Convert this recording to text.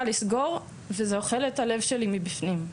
לסגור וזה אוכל את הלב שלי מבפנים.